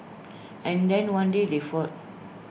and then one day they fought